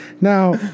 Now